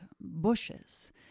bushes